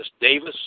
Davis